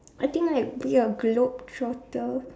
I think like be a globetrotter